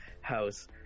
house